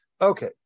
Okay